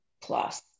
plus